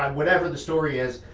um whatever the story is,